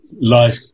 life